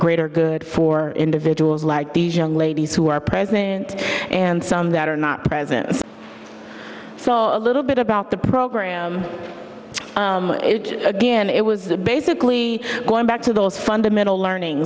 greater good for individuals like these young ladies who are present and some that are not present so a little bit about the program again it was that basically going back to those fundamental learning